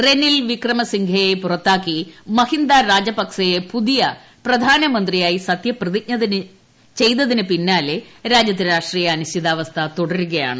റെനിൽ വിക്രമസിംഗയെ പുറത്താക്കി മഹീന്ദ രാജപക്സെ പുതിയ പ്രധാനമന്ത്രിയായി സത്യപ്രതിജ്ഞ ചെയ്തതിനു പിന്നാലെ രാജ്യത്ത് രാഷ്ട്രീയ അനിശ്ചിതാവസ്ഥ തുടരുകയാണ്